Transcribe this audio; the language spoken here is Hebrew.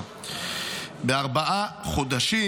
(הוראת שעה),